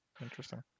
Interesting